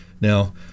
Now